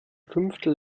fünftel